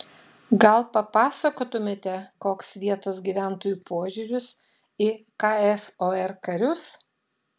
gal papasakotumėte koks vietos gyventojų požiūris į kfor karius